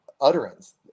utterance